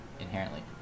inherently